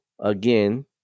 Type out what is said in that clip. Again